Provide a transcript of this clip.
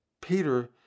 Peter